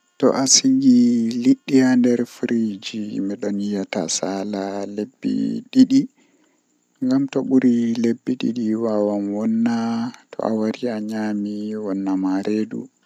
Awada ndiyamma haa dow fande a acca ndiyamman dolla alallita maroori ma laaba masin to ndiyam man dolli sei awaila marori ma haa nderndiyam man a acca ndiyamman dolla a acca marori man dolla be ndiyam man haa ndiyam man yarda marori man yarda ndiyamman fuu nden amema anana to bendi jam ajippina.